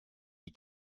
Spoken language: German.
die